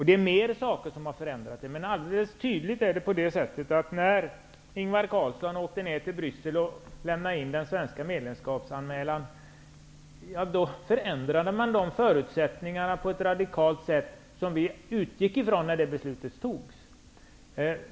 Det är fler saker som har inneburit förändringar, men det är alldeles tydligt att de förutsättningar som vi utgick ifrån när vi fattade det här beslutet på ett radikalt sätt förändrades när Ingvar Carlsson åkte ner till Bryssel för att lämna in den svenska medlemskapsansökan.